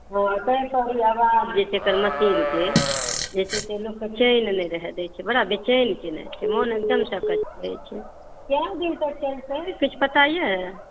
हँ ताहि तऽ ई आवाज जे छै एकर मशीनकेँ जे छै से लोक सब चलि एलै रहऽ बड़ा बेचैन कयने छै मन एगदमसँ अकच्छ होइत छै कए दिन तक चलतै किछु पता यऽ